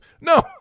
No